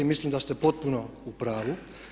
Mislim da ste potpuno u pravu.